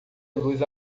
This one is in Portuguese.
luz